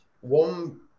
one